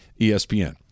ESPN